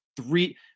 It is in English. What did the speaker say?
three